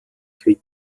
kate